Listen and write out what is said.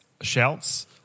shouts